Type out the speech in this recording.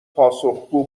پاسخگو